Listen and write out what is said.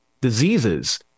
diseases